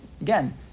again